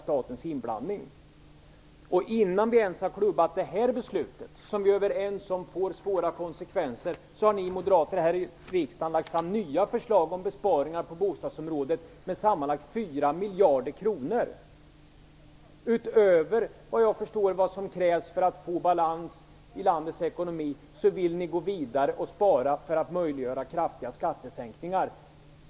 Statens inblandning måste minskas. Innan vi ens har fastställt det här beslutet - som vi är överens om får svåra konsekvenser - har ni moderater lagt fram nya förslag för riksdagen om besparingar på bostadsområdet med sammanlagt 4 miljarder kronor. Utöver vad som krävs för att man skall få balans i landets ekonomi vill ni gå vidare och spara för att möjliggöra kraftiga skattesänkningar.